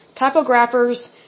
typographers